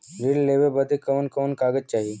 ऋण लेवे बदे कवन कवन कागज चाही?